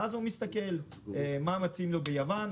ואז הוא מסתכל מה מתאים לו ביוון,